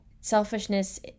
Selfishness